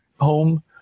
home